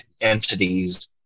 entities